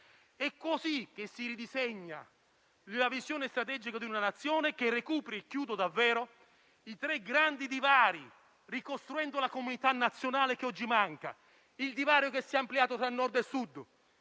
È così che si ridisegna la visione strategica di una Nazione, che recuperi i tre grandi divari, ricostruendo la comunità nazionale che oggi manca. Il divario che si è ampliato tra Nord e Sud;